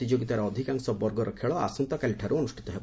ପ୍ରତିଯୋଗିତାର ଅଧିକାଂଶ ବର୍ଗର ଖେଳ ଆସନ୍ତାକାଲିଠାରୁ ଅନୁଷ୍ଠିତ ହେବ